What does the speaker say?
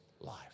life